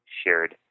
shared